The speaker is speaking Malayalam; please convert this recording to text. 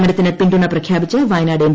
സമരത്തിന് പിൻതുണ പ്രഖ്യാപിച്ച് വയനാട് എം